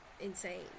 insane